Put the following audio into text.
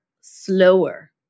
slower